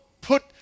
put